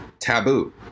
taboo